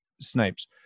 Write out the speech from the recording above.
Snipes